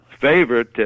favorite